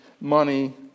money